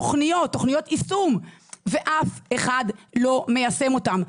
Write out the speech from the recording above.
תוכניות יישום ואף אחד לא מיישם אותן.